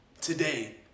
today